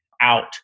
out